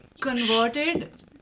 converted